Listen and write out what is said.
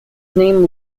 name